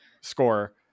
score